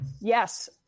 Yes